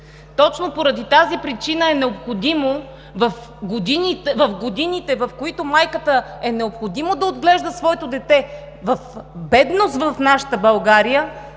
Точно поради тази причина е необходимо в годините, в които е необходимо майката да отглежда своето дете в бедност в нашата България,